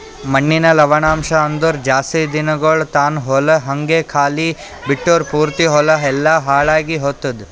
ಮಣ್ಣಿನ ಲವಣಾಂಶ ಅಂದುರ್ ಜಾಸ್ತಿ ದಿನಗೊಳ್ ತಾನ ಹೊಲ ಹಂಗೆ ಖಾಲಿ ಬಿಟ್ಟುರ್ ಪೂರ್ತಿ ಹೊಲ ಎಲ್ಲಾ ಹಾಳಾಗಿ ಹೊತ್ತುದ್